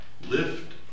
Lift